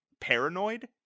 paranoid